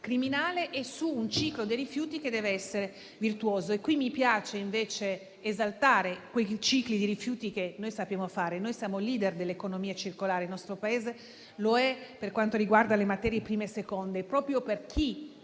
criminale e su un ciclo dei rifiuti che deve essere virtuoso. Al riguardo mi piace invece esaltare quei cicli di rifiuti che noi sappiamo fare. Noi siamo *leader* dell'economia circolare, il nostro Paese lo è per quanto riguarda le materie prime seconde. Proprio per chi